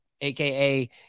aka